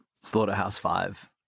Slaughterhouse-Five